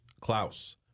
Klaus